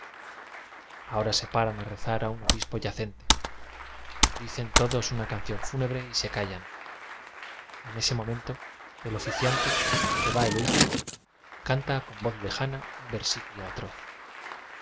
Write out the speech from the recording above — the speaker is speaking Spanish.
ahora se paran a rezar a un obispo yacen te dicen todos una canción fúnebre y se callan en ese momento el oficiante que k vá el último canta con voz lejana un versí culo atroz